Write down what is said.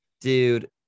dude